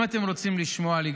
אם אתם רוצים לשמוע לי,